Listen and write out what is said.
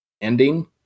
Ending